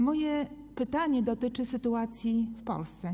Moje pytanie dotyczy sytuacji w Polsce.